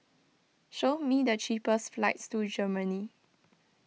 show me the cheapest flights to Germany